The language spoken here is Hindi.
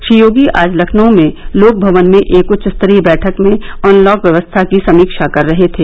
श्री योगी आज लखनऊ में लोक भवन में एक उच्च स्तरीय बैठक में अनलॉक व्यवस्था की समीक्षा कर रहे थे